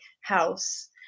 house